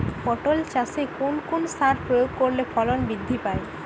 পটল চাষে কোন কোন সার প্রয়োগ করলে ফলন বৃদ্ধি পায়?